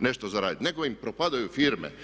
nešto zaraditi nego im propadaju firme.